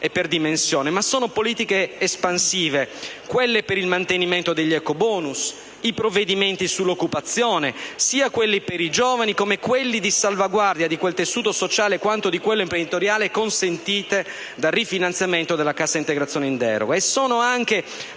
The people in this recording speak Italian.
e per dimensione, fra le politiche espansive: ricordo quella per il mantenimento degli ecobonus ed i provvedimenti sull'occupazione sia quelli per i giovani, che quelli di salvaguardia del tessuto sociale ed imprenditoriale consentite dal rifinanziamento della cassa integrazione in deroga.